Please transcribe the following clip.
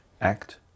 act